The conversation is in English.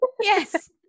yes